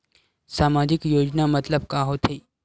सामजिक योजना मतलब का होथे?